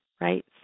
right